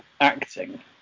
acting